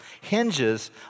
hinges